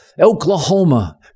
Oklahoma